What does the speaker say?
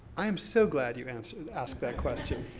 i am so glad you asked asked that question.